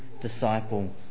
disciple